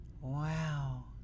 wow